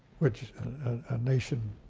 which a nation,